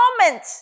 moment